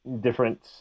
different